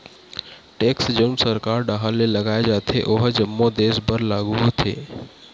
tax जउन सरकार डाहर ले लगाय जाथे ओहा जम्मो देस बर लागू होथे